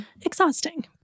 exhausting